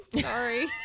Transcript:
Sorry